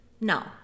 Now